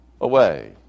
away